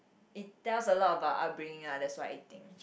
it tells a lot about upbringing ah that's what I think